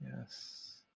Yes